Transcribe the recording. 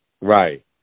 right